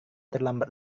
terlambat